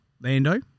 Lando